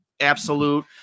absolute